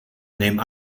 neem